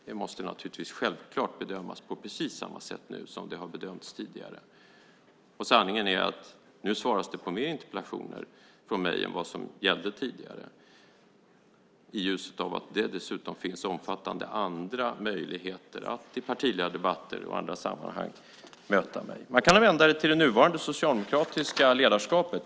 Det måste självklart bedömas på precis samma sätt nu som det har bedömts tidigare. Och sanningen är att det nu svaras på fler interpellationer från mig än vad som gällde tidigare. Dessutom finns det omfattande andra möjligheter att i partiledardebatter och i andra sammanhang möta mig. Man kan vända detta mot det nuvarande socialdemokratiska ledarskapet.